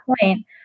point